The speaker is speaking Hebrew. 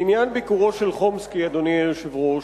לעניין ביקורו של חומסקי, אדוני היושב-ראש,